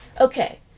Okay